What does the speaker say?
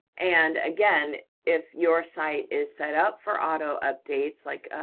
and, again, if your site is set up for auto-updates, like,